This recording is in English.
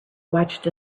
watched